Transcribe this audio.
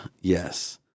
yes